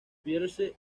pierce